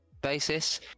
basis